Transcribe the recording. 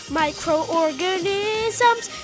microorganisms